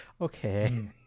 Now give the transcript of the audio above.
okay